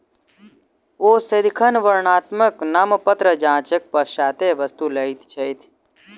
ओ सदिखन वर्णात्मक नामपत्र जांचक पश्चातै वस्तु लैत छथि